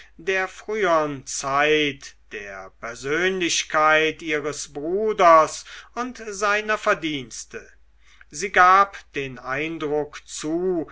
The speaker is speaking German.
der frühern zeit der persönlichkeit ihres bruders und seiner verdienste sie gab den eindruck zu